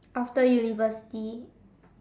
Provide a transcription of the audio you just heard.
after university